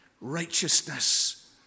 righteousness